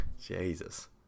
Jesus